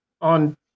on